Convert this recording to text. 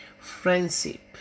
Friendship